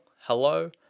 hello